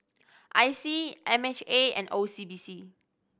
I C M H A and O C B C